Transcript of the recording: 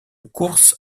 courses